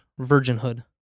virginhood